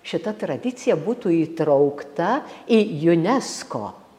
šita tradicija būtų įtraukta į unesco